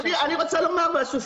אני רוצה לומר משהו,